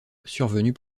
survenue